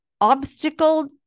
obstacle